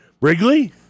Wrigley